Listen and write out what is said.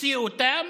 הוציאו אותם,